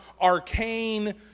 arcane